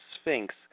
Sphinx